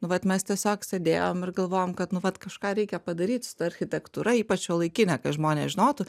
nu vat mes tiesiog sėdėjom ir galvojom kad nu vat kažką reikia padaryt su ta architektūra ypač šiuolaikine kad žmonės žinotų